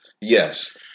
Yes